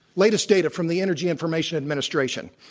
latest data from the energy information administration